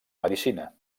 medicina